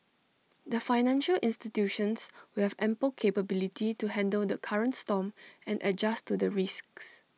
the financial institutions will have ample capability to handle the current storm and adjust to the risks